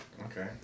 Okay